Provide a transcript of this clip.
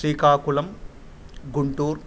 Srikakulam Guntur